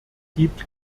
gibt